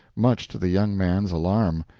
much to the young man's alarm.